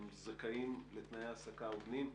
זכאים לתנאי העסקה הוגנים.